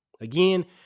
Again